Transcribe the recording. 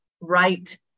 right